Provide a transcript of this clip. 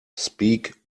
speak